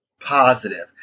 positive